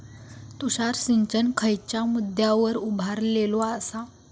तुषार सिंचन खयच्या मुद्द्यांवर उभारलेलो आसा?